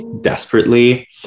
desperately